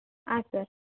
ಹಾಂ ಸರ್